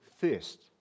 first